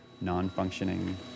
non-functioning